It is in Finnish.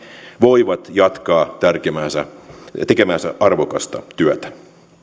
voivat jatkaa tekemäänsä arvokasta työtä